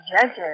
Judges